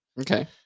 Okay